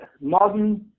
modern